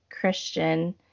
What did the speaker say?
Christian